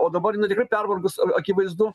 o dabar jinai tikrai pervargus akivaizdu